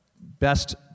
best